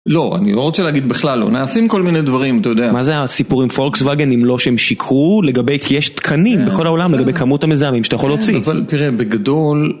לא, אני לא רוצה להגיד בכלל לא, נעשים כל מיני דברים אתה יודע. מה זה הסיפור עם פולקסווגן אם לא שהם שיקרו לגבי, כי יש תקנים בכל העולם לגבי כמות המזהמים שאתה יכול להוציא? אבל תראה, בגדול...